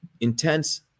intense